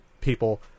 people